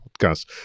podcast